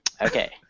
Okay